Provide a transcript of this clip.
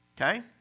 okay